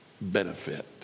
benefit